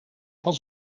van